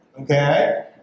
okay